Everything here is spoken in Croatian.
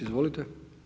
Izvolite.